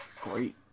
great